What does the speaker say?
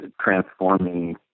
transforming